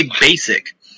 basic